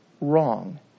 wrong